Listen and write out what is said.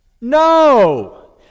No